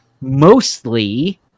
mostly